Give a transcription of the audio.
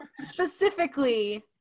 Specifically